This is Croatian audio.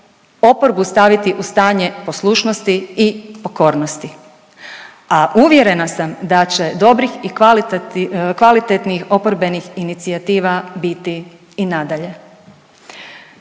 oporbu staviti u stanje poslušnosti i pokornosti, a uvjerena sam da će dobrih i kvalitetnih oporbenih inicijativa biti i nadalje.